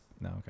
no